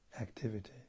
activity